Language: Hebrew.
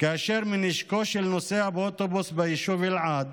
כאשר מנשקו של נוסע באוטובוס ביישוב אלעד